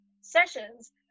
sessions